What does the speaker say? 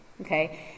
okay